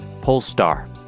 Polestar